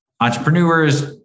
entrepreneurs